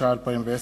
התש"ע 2010,